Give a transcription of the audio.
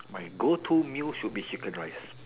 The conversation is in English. my go to meal should be chicken rice